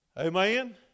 Amen